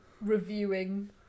reviewing